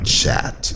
chat